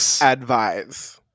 advise